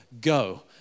go